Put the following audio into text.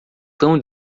tão